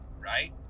right